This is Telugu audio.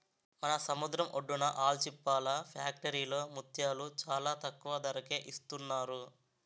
మన సముద్రం ఒడ్డున ఆల్చిప్పల ఫ్యాక్టరీలో ముత్యాలు చాలా తక్కువ ధరకే ఇస్తున్నారు